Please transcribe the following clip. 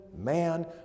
man